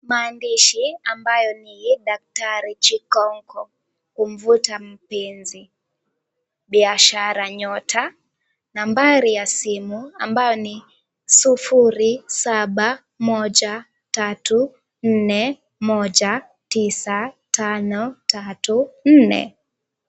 Maandishi ambaye ni daktari CHIKONKO, KUVUTA MPENZI, BIASHARA NYOTA nambari ya simu ambayo ni 0713419534.